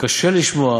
קשה לשמוע